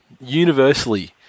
universally